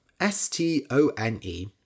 S-T-O-N-E